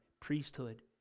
priesthood